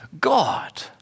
God